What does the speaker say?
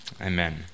amen